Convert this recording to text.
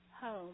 home